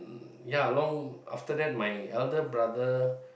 ya along after that my elder brother